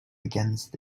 against